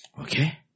Okay